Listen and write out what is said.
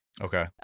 Okay